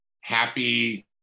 happy